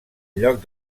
lloc